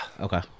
okay